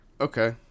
Okay